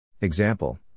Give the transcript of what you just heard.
Example